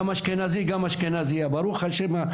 ברוך השם,